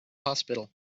hospital